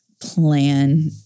plan